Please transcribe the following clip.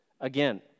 again